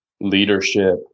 leadership